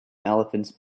elephants